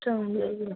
चांगले